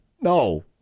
No